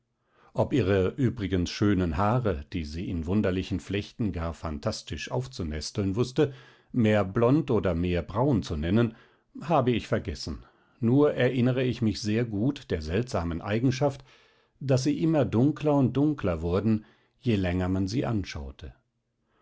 ob ihre übrigens schönen haare die sie in wunderlichen flechten gar phantastisch aufzunesteln wußte mehr blond oder mehr braun zu nennen habe ich vergessen nur erinnere ich mich sehr gut der seltsamen eigenschaft daß sie immer dunkler und dunkler wurden je länger man sie anschaute